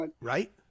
Right